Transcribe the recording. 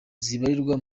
zibarirwa